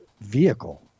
vehicle